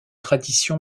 tradition